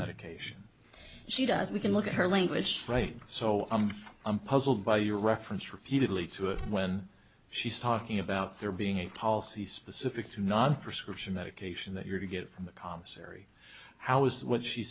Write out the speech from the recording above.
medication she does we can look at her language right so i'm puzzled by your reference repeatedly to it when she's talking about there being a policy specific to not prescription medication that you're to get from the commissary how is what she